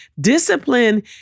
Discipline